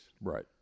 right